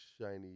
shiny